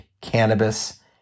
cannabis